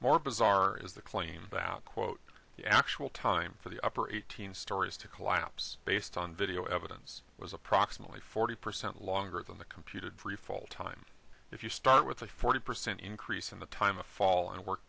more bizarre is the claim that quote the actual time for the upper eighteen stories to collapse based on video evidence was approximately forty percent longer than the computed freefall time if you start with a forty percent increase in the time of fall and work